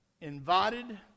Invited